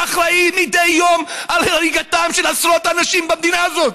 שאחראי מדי יום להריגתם של עשרות אנשים במדינה הזאת.